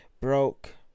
Broke